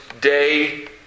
day